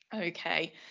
Okay